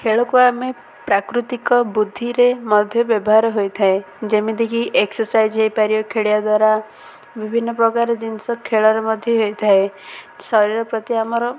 ଖେଳକୁ ଆମେ ପ୍ରାକୃତିକ ବୁଦ୍ଧିରେ ମଧ୍ୟ ବ୍ୟବହାର ହୋଇଥାଏ ଯେମିତିକି ଏକ୍ସର୍ସାଇଜ ହୋଇପାରିବା ଖେଳିବା ଦ୍ୱାରା ବିଭିନ୍ନ ପ୍ରକାର ଜିନିଷ ଖେଳରେ ମଧ୍ୟ ହୋଇଥାଏ ଶରୀର ପ୍ରତି ଆମର